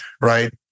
right